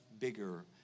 bigger